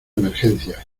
emergencia